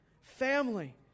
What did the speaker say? Family